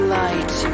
light